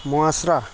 معاشرہ